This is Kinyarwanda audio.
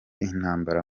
intambara